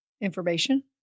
information